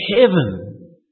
heaven